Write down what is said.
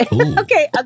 Okay